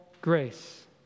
grace